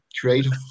creative